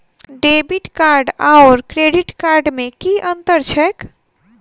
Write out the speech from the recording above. Debit card आओर credit card मे की अन्तर छैक?